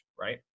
right